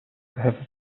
have